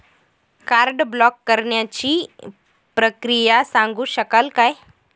Card block करण्याची प्रक्रिया सांगू शकाल काय?